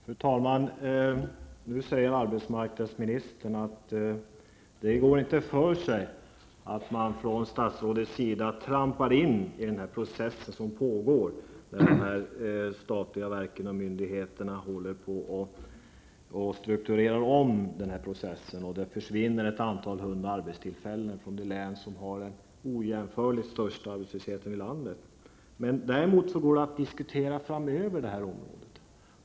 Fru talman! Nu säger arbetsmarknadsministern att det inte går för sig att statsrådet trampar in i den process som pågår, när de statliga verken och myndigheterna håller på att strukturera om på det här området -- och när hundratals arbetstillfällen försvinner från det län som har den ojämförligt största arbetslösheten i landet. Däremot går det att diskutera detta område framöver.